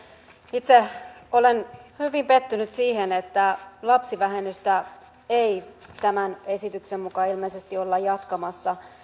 itse olen hyvin pettynyt siihen että lapsivähennystä ei tämän esityksen mukaan ilmeisesti olla jatkamassa